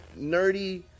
nerdy